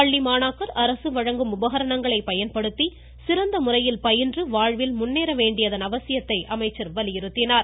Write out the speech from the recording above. பள்ளி மாணாக்கர் அரசு வழங்கும் உபகரணங்களை பயன்படுத்தி சிறந்த முறையில் பயின்று வாழ்வில் முன்னேற வேண்டியதன் அவசியத்தை அவர் வலியுறுத்தினார்